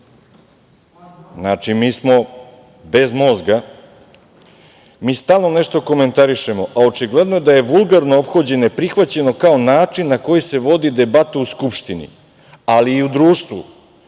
Znači, mi smo bez mozga. „Mi stalno nešto komentarišemo, a očigledno da je vulgarno ophođenje prihvaćeno kao način na koji se vodi debata u Skupštini, ali i u društvu.